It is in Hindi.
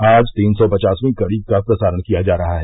आज तीन सौ पचासवीं कड़ी का प्रसारण किया जा रहा है